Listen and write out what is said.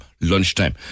lunchtime